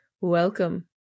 Welcome